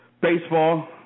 Baseball